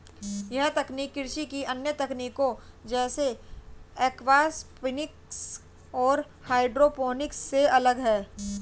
यह तकनीक कृषि की अन्य तकनीकों जैसे एक्वापॉनिक्स और हाइड्रोपोनिक्स से अलग है